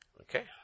Okay